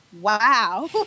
wow